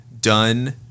done